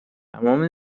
تمام